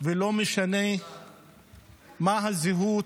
ולא משנה מה הזהות